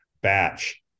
batch